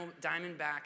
diamondback